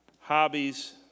hobbies